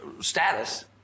status